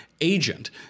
agent